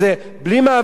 בלי מאבקים,